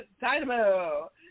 Dynamo